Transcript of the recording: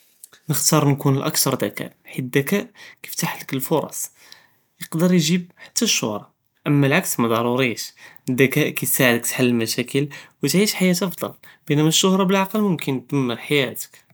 נקhtar נكون אכתר דכאא, חית אזדכאא יפתחלכ אלפרס, יכדר יסתע'דכ ת'ג'יב חתא אששהרה, אמה אלעקס מדארוריש אזדכאא קיסע'דכ תהל אלמשاكل ותעיש חייאה אעדל, בנילמה אששהרה בלעקל מומכנת דמר חייאתכ.